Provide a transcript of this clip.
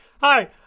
Hi